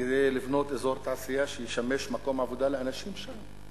כדי לבנות אזור תעשייה שישמש מקום עבודה לאנשים שם?